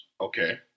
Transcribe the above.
Okay